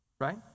right